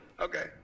Okay